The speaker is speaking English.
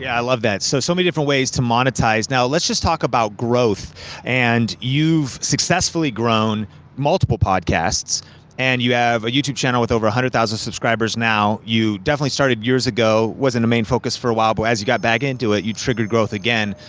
yeah i love that. so, so many different ways to monetize. now, let's just talk about growth and you've successfully grown multiple podcasts and you have a youtube channel with over one hundred thousand subscribers now. you definitely started years ago, wasn't a main focus for a while, but as you got back into it, you triggered growth again,